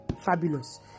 Fabulous